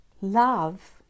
love